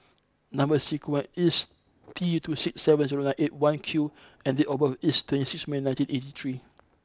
number sequence is T two six seven zero nine eight one Q and date of birth is twenty sixth May nineteen eighty three